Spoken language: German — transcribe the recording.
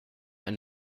ein